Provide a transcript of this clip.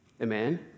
Amen